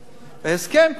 בהסכם כתוב,